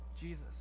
Jesus